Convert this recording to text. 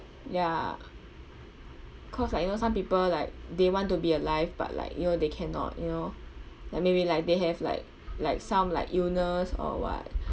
ya cause like you know some people like they want to be alive but like you know they cannot you know like maybe like they have like like some like illness or what